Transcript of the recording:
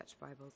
Bibles